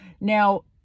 Now